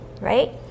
right